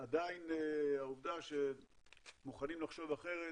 עדיין העובדה שמוכנים לחשוב אחרת